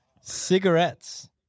cigarettes